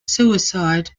suicide